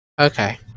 Okay